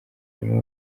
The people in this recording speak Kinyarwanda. harimo